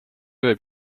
võib